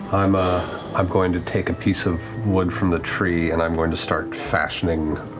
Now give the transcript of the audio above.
i'm ah i'm going to take a piece of wood from the tree and i'm going to start fashioning